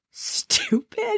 stupid